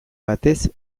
batez